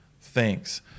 Thanks